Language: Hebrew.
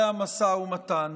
מחדרי המשא ומתן,